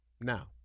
Now